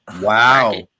Wow